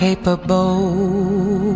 Capable